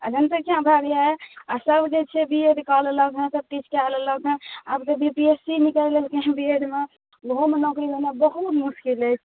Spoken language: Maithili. आओर जनसंख्या भऽ गेलै आओर सब जे छै बी एड कऽ लेलक हँ सबकिछु कऽ लेलक हँ आब तऽ बी पी एस सी निकालि देलकै हँ बी एड मे ओहूमे नौकरी लेना बहुत मोसकिल अछि